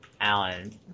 Alan